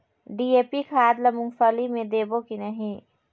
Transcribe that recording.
DAP खाद ला मुंगफली मे देबो की नहीं?